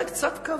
רבותי, קצת כבוד.